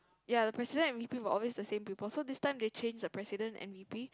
ya the president and v_p were always the same people so this time they change the president and v_p